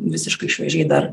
visiškai šviežiai dar